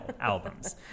albums